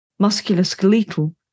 musculoskeletal